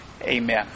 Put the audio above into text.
Amen